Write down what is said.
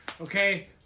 okay